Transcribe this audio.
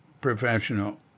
professional